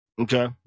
Okay